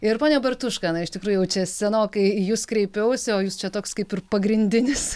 ir pone bartuška na iš tikrųjų jau čia senokai į jus kreipiausi o jūs čia toks kaip ir pagrindinis